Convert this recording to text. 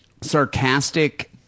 sarcastic